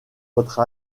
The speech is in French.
votre